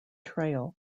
trail